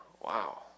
Wow